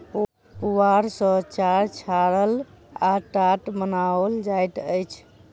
पुआर सॅ चार छाड़ल आ टाट बनाओल जाइत अछि